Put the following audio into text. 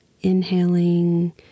Inhaling